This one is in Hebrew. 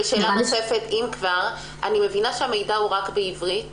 אני מבינה שהמידע הוא רק בעברית